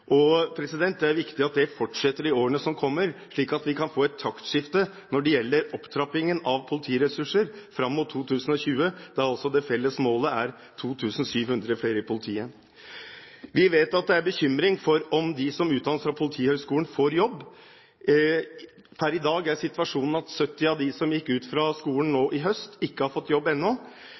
Det er viktig at det fortsetter i årene som kommer, slik at vi kan få et taktskifte når det gjelder opptrappingen av politiressurser fram mot 2020. Da er altså det felles målet 2 700 flere i politiet. Vi vet at det er bekymring for om de som utdannes fra Politihøgskolen, får jobb. Per i dag er situasjonen at 70 av dem som gikk ut fra skolen, nå i høst ikke har fått jobb ennå,